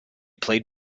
played